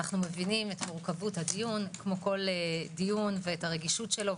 אנו מבינים את מורכבות הדיון כמו כל דיון ואת הרגישות שלו,